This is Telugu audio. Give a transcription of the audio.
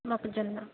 మొక్కజొన్న